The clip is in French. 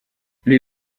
les